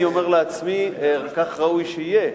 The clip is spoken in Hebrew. אני אומר לעצמי: כך ראוי שיהיה,